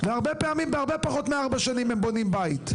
והרבה פעמים בהרבה פחות מארבע שנים הם בונים בית.